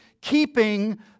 keeping